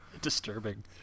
disturbing